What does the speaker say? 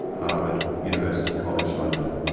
harvard, university college london,